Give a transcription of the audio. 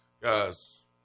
guys